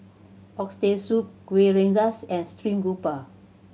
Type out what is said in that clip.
Oxtail Soup Kuih Rengas and stream grouper